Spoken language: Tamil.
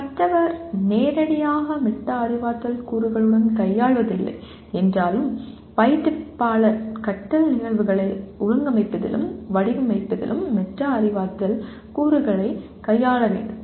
கற்றவர் நேரடியாக மெட்டா அறிவாற்றல் கூறுகளுடன் கையாள்வதில்லை என்றாலும் பயிற்றுவிப்பாளர் கற்றல் நிகழ்வுகளை ஒழுங்கமைப்பதிலும் வடிவமைப்பதிலும் மெட்டா அறிவாற்றல் கூறுகளைக் கையாள வேண்டும்